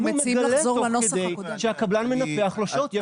אם הוא מגלה תוך כדי שהקבלן מנפח לו שעות.